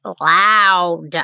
loud